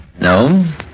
No